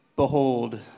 Behold